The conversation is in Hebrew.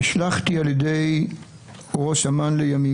נשלחתי על ידי ראש אמ"ן לימים,